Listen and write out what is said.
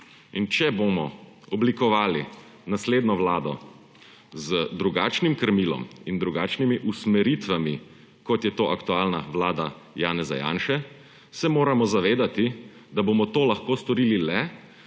Če bomo oblikovali naslednjo vlado z drugačnim krmilom in drugačnimi usmeritvami, kot je to aktualna vlada Janeza Janše, se moramo zavedati, da bomo to lahko storili le,